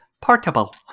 portable